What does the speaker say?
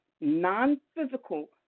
non-physical